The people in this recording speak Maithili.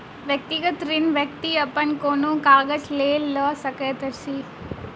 व्यक्तिगत ऋण व्यक्ति अपन कोनो काजक लेल लऽ सकैत अछि